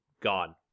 gone